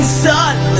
sun